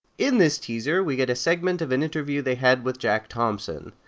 in this teaser, we get a segment of an interview they had with jack thompson.